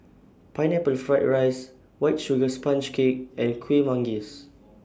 Pineapple Fried Rice White Sugar Sponge Cake and Kuih Manggis